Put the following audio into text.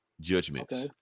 Judgments